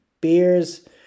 beers